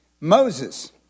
Moses